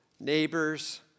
neighbors